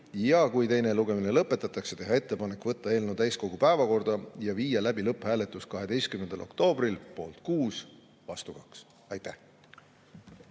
ja kui teine lugemine lõpetatakse, teha ettepanek võtta eelnõu täiskogu päevakorda ja viia läbi lõpphääletus 12. oktoobril (poolt 6, vastu 2). Aitäh!